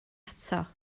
ato